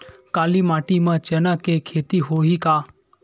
काली माटी म चना के खेती होही का?